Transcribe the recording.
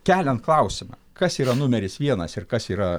keliant klausimą kas yra numeris vienas ir kas yra